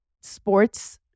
sports